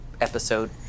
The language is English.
episode